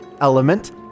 element